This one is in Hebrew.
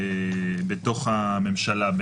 בתוך הממשלה,